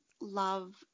love